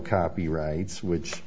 copyrights which